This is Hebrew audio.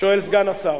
שואל סגן השר?